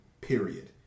period